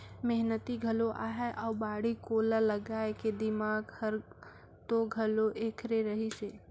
मेहनती घलो अहे अउ बाड़ी कोला लगाए के दिमाक हर तो घलो ऐखरे रहिस हे